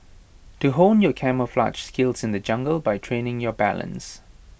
to hone your camouflaged skills in the jungle by training your balance